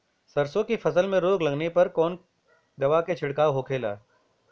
सरसों की फसल में रोग लगने पर कौन दवा के छिड़काव होखेला?